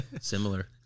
similar